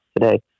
today